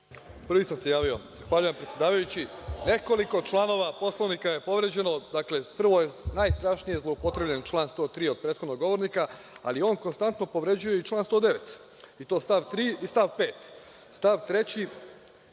Marković** Zahvaljujem predsedavajući. Nekoliko članova Poslovnika je povređeno, dakle, najstrašnije je zloupotrebljen član 103. kod prethodnog govornika, ali on konstantno povređuje i član 109. i to stav 3. i stav 5.Stav 3.